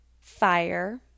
fire